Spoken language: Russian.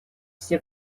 все